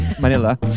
Manila